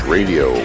Radio